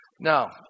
Now